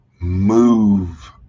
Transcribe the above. move